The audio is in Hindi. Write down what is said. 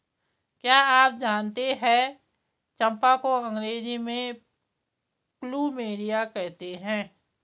क्या आप जानते है चम्पा को अंग्रेजी में प्लूमेरिया कहते हैं?